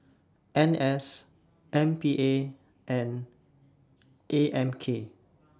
N S M P A and A M K